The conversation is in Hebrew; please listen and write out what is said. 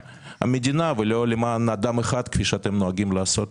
המדינה ולא למען אדם אחד כפי שאתם נוהגים לעשות.